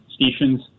stations